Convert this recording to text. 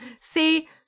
See